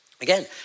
Again